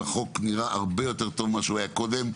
החוק נראה הרבה יורת טוב ממה שהוא היה קודם,